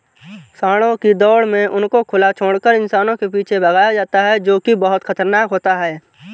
सांडों की दौड़ में उनको खुला छोड़कर इंसानों के पीछे भगाया जाता है जो की बहुत खतरनाक होता है